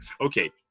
okay